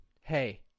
hey